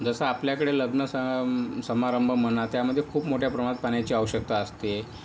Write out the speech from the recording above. जसं आपल्याकडे लग्न स समारंभ म्हणा त्यामध्ये खूप मोठ्या प्रमाणात पाण्याची आवश्यकता असते